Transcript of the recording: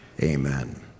amen